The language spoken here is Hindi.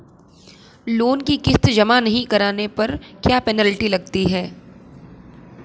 लोंन की किश्त जमा नहीं कराने पर क्या पेनल्टी लगती है?